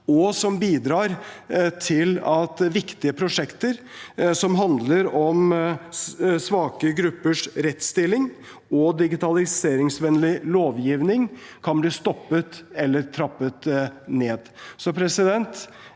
og bidrar til at viktige prosjekter som handler om svake gruppers rettsstilling og digitaliseringsvennlig lovgivning, kan bli stoppet eller trappet ned.